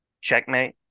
checkmate